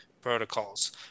protocols